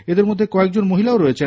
এদের মধ্যে কয়েকজন মহিলাও রয়েছেন